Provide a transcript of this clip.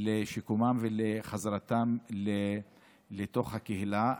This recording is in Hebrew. לשיקומם ולחזרתם לתוך הקהילה.